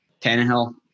Tannehill